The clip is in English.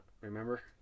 Remember